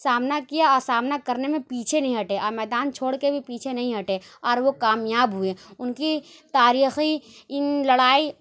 سامنا کیا اور سامنا کرنے میں پیچھے نہیں ہٹے اور میدان چھوڑ کے بھی پیچھے نہیں ہٹے اور وہ کامیاب ہوئے اُن کی تاریخی اِن لڑائی